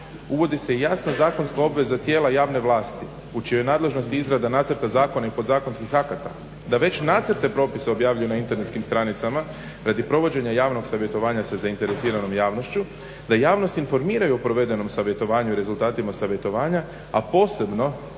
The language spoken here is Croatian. uvodi se jasna zakonska obveza tijela javne vlasti u čijoj je nadležnosti izrada nacrta i zakona podzakonskih akata, da već nacrte propisa objavljuju na internetskim stranicama radi provođenja javnog savjetovanja sa zainteresiranom javnošću, da javnost informiraju o provedenom savjetovanju i rezultatima savjetovanja, a posebno